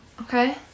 Okay